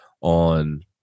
on